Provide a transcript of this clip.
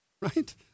right